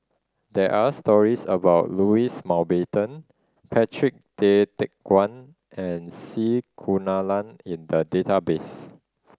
there are stories about Louis Mountbatten Patrick Tay Teck Guan and C Kunalan in the database